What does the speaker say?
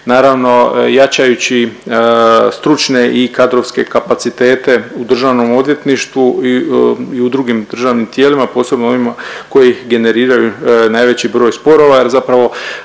naravno jačajući stručne i kadrovske kapacitete u Državnom odvjetništvu i u drugim državnim tijelima posebno onima koji generiraju najveći broj sporova, jer zapravo